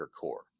core